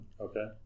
Okay